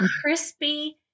crispy